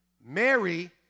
Mary